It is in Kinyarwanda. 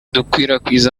dukwirakwiza